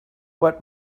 what